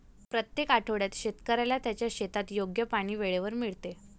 प्रत्येक आठवड्यात शेतकऱ्याला त्याच्या शेतात योग्य पाणी वेळेवर मिळते